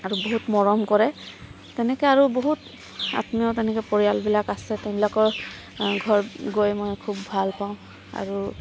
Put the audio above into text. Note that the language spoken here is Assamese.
আৰু বহুত মৰম কৰে তেনেকৈ আৰু বহুত আত্মীয় তেনেকৈ পৰিয়ালবিলাক আছে এইবিলাকৰ ঘৰত গৈ মই খুব ভাল পাওঁ আৰু